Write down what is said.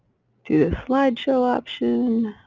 do the slide show option.